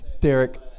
Derek